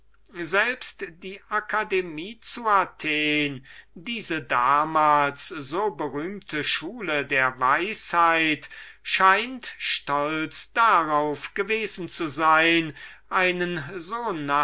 selbst die akademie diese damals so berühmte schule der weisheit scheint stolz darauf gewesen zu sein einen so